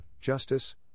justice